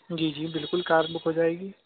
جی جی بالکل car book ہو جائے گی